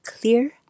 clear